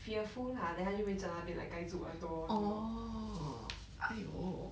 fearful lah then 他就会在那边 like 盖住耳朵 or something